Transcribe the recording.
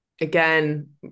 again